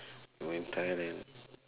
when in thailand